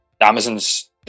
Amazon's